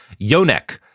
Yonek